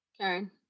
Karen